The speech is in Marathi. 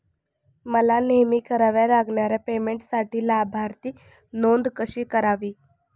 मला नेहमी कराव्या लागणाऱ्या पेमेंटसाठी लाभार्थी नोंद कशी करावी?